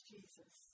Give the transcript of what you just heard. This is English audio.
Jesus